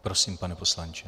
Prosím, pane poslanče.